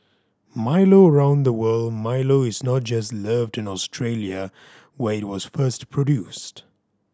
Milo around the world Milo is not just loved in Australia where it was first produced